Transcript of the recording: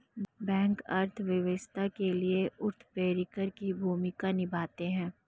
bank अर्थव्यवस्था के लिए उत्प्रेरक की भूमिका निभाते है